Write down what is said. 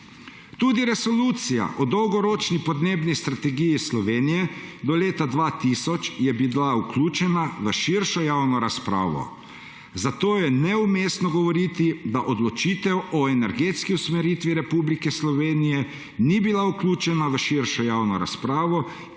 Tudi resolucija o Dolgoročni podnebni strategiji Slovenije do leta 2000 je bila vključena v širšo javno razpravo, zato je neumestno govoriti, da odločitev o energetski usmeritvi Republike Slovenije ni bila vključena v širšo javno razpravo